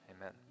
Amen